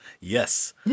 Yes